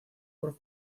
por